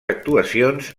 actuacions